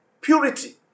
Purity